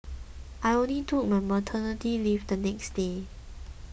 I only took my maternity leave the next day